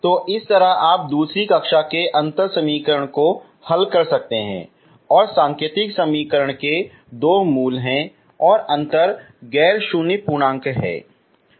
तो इस तरह आप दूसरी कक्षा के अंतर समीकरण को हल कर सकते हैं और सांकेतिक समीकरण के दो मूल हैं और अंतर गैर शून्य पूर्णांक है